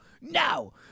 no